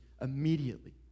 immediately